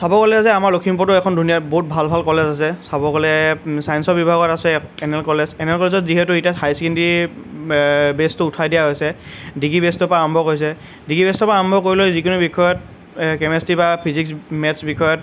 চাব গ'লে যে আমাৰ লখিমপুৰতো এখন ধুনীয়া বহুত ভাল ভাল কলেজ আছে চাব গ'লে ছায়েঞ্চৰ বিভাগত আছে এনএল কলেজ এনএল কলেজত যিহেতু এতিয়া হায়াৰ ছেকেণ্ডেৰী বেটচ্ছটো উঠাই দিয়া হৈছে ডিগ্ৰী বেটচ্ছৰ পৰা আৰম্ভ কৰিছে ডিগ্ৰী বেটচ্ছৰ পৰা আৰম্ভ কৰিলেও যিকোনো বিষয়ত কেমেষ্ট্ৰি বা ফিজিক্স মেথছ্ বিষয়ত